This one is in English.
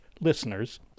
listeners